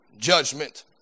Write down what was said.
judgment